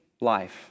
life